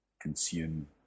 consume